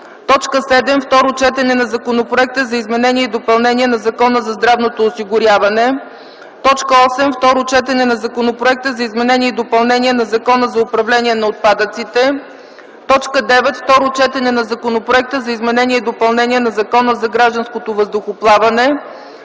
7. Второ четене на Законопроекта за изменение и допълнение на Закона за здравното осигуряване . 8. Второ четене на Законопроекта за изменение и допълнение на Закона за управление на отпадъците. 9. Второ четене на Законопроекта за изменение и допълнение на Закона за гражданското въздухоплаване.